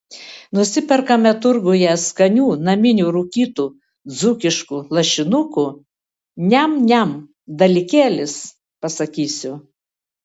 nusiperkame turguje skanių naminių rūkytų dzūkiškų lašinukų niam niam dalykėlis pasakysiu